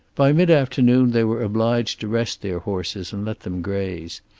by mid-afternoon they were obliged to rest their horses and let them graze,